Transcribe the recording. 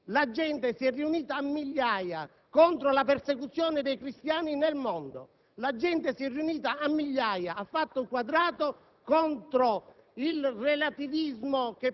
su iniziativa di Magdi Allam, la gente si è riunita, a migliaia, contro la persecuzione dei cristiani nel mondo. La gente si è riunita, a migliaia, e ha fatto quadrato